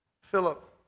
Philip